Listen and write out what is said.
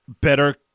better